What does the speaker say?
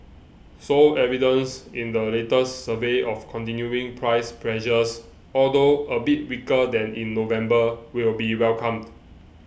so evidence in the latest survey of continuing price pressures although a bit weaker than in November will be welcomed